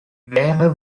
wäre